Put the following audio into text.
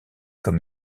comme